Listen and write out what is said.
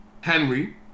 Henry